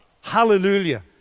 hallelujah